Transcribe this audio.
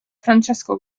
francesco